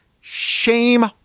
shame